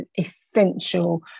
essential